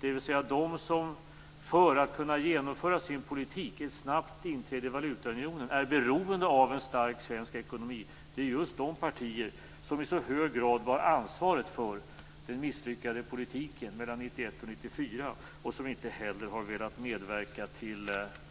Just de partier som för att kunna genomföra sin politik, ett snabbt inträde i valutaunionen, är beroende av en stark svensk ekonomi är också de partier som i hög grad bar ansvaret för den misslyckade politiken mellan 1991 och 1994 och som inte heller har velat medverka i